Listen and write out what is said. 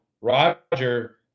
roger